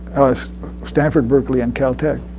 stanford, berkeley and cal tech,